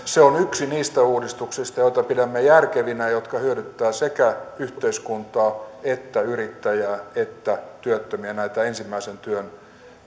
se on yksi niistä uudistuksista joita pidämme järkevinä ja jotka hyödyttävät sekä yhteiskuntaa yrittäjää että työttömiä näitä